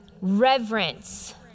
reverence